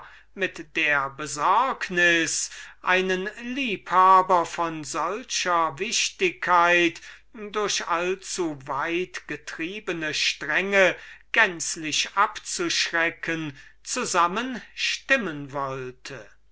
mit der besorgnis einen liebhaber von solcher wichtigkeit durch allzuweit getriebene strenge gänzlich abzuschrecken zusammenstimmen wollte